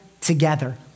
together